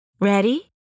Ready